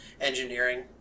engineering